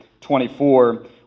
24